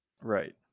Right